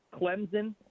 Clemson